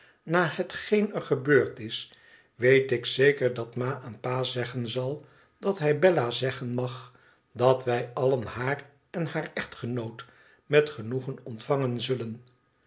na hetgeen er gebeurd is weet ik zeker dat ma aan pa zeggen zal dat hij bella zeggen mag dat wij allen haar en haar echtgenoot met genoegen ontvangen zullen